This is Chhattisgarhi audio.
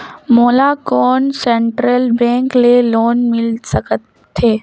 कौन मोला सेंट्रल बैंक ले लोन मिल सकथे?